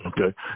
Okay